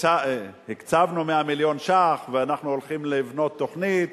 הקצבנו 100 מיליון שקלים ואנחנו הולכים לבנות תוכנית.